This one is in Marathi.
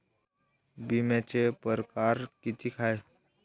बिम्याचे परकार कितीक हाय?